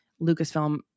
Lucasfilm